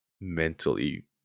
mentally